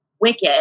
Wicked